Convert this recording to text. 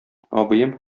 абыем